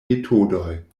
metodoj